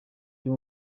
vyo